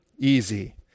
easy